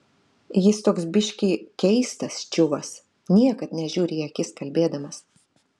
jis toks biškį keistas čiuvas niekad nežiūri į akis kalbėdamas